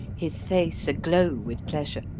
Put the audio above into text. his face aglow with pleasure.